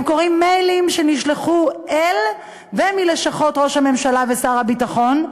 הם קוראים מיילים שנשלחו אל ומלשכות ראש הממשלה ושר הביטחון,